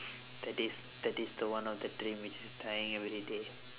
that is that is the one of the dream which is dying everyday